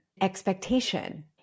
expectation